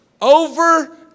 over